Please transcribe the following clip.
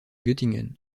göttingen